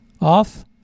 off